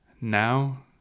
now